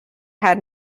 had